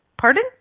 pardon